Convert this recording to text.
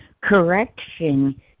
Correction